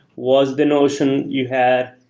was the notion you had.